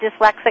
dyslexic